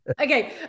okay